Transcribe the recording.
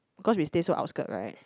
because we stay so outskirt right